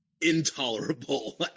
intolerable